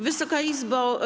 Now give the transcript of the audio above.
Wysoka Izbo!